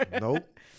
Nope